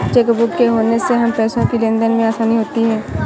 chequebook के होने से हमें पैसों की लेनदेन में आसानी होती हैँ